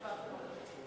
תשובה במועד אחר.